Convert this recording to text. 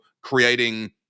creating